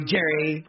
Jerry